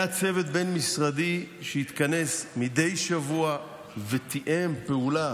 היה צוות בין-משרדי שהתכנס מדי שבוע ותיאם פעולה